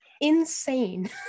Insane